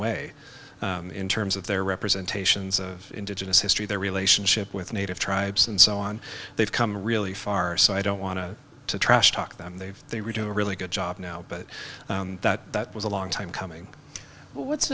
way in terms of their representation of indigenous history their relationship with native tribes and so on they've come really far so i don't want to trash talk them they've they were doing a really good job now but that was a long time coming but what's